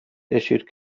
issued